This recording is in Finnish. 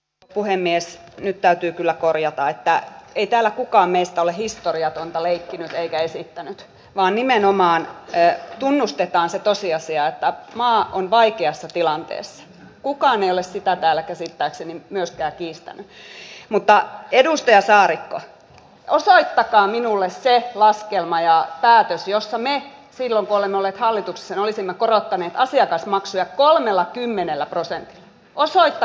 p uhemies nyt täytyy kyllä korjata että ei täällä kukaan meistä ole historiatonta leikkinyt vasta aivan budjetin käsittelyn loppusuoralla kävi ilmi että maa on vaikeassa tilanteessa kukaan ei ole sitä täällä valtiovarainministeriöllä oli erilaiset luvut nuorisotakuun rahoituksesta kuin valtiovarainvaliokunnan sivistys ja päätös jossa me sillä olemme olleet hallituksessa olisimme korottaneet asiakasmaksuja kolmellakymmenellä tiedejaostolla oli